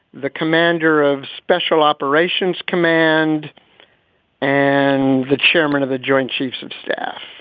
the commander of special operations command and the chairman of the joint chiefs of staff.